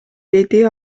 деди